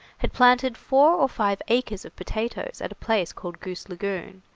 had planted four or five acres of potatoes at a place called goose lagoon,